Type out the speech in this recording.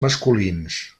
masculins